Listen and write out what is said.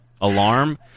alarm